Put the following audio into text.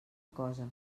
cosa